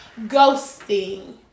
ghosting